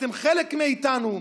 אתם חלק מאיתנו"?